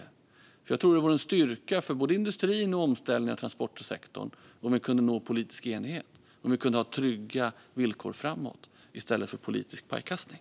Jag tror nämligen att det vore en styrka för både industrin och omställningen av transportsektorn om vi kunde nå politisk enighet och ha trygga villkor framåt i stället för politisk pajkastning.